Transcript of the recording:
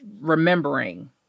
remembering